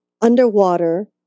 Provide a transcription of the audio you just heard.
underwater